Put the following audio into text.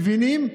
מבינים,